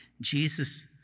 jesus